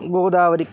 Godavari